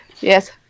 Yes